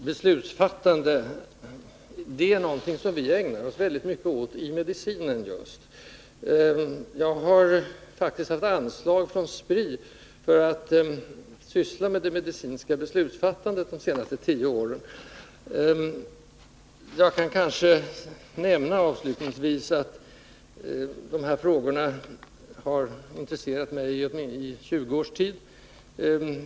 Herr talman! Beslutsfattande är någonting som vi ständigt ägnar oss åt i medicinen. Jag har faktiskt haft ett anslag från Spri för att studera det medicinska beslutsfattandet de senaste tio åren. Jag skall kanske avslutningsvis nämna att de här frågorna har intresserat mig i 20 års tid.